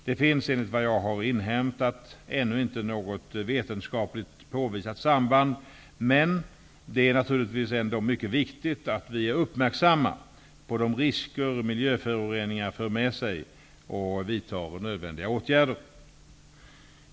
Det finns enligt vad jag har inhämtat ännu inte något vetenskapligt påvisat samband, men det är naturligtvis ändå mycket viktigt att vi är uppmärksamma på de risker miljöföroreningar för med sig och vidtar nödvändiga åtgärder.